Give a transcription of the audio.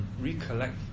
recollect